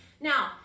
Now